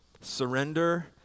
Surrender